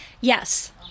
Yes